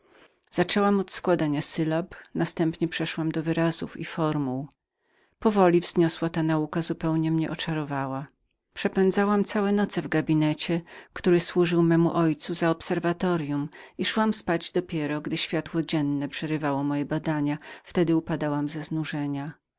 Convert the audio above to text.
zaczęłam od składania syllab następnie przeszłam do wyrazów i formuł powoli wzniosła ta nauka zupełnie mnie oczarowała przepędzałam całe noce w gabinecie który służył memu ojcu za obserwatoryum i wychodziłam dopiero gdy światło dzienne przerywało moje badania wtedy upadałam